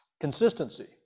Consistency